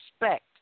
respect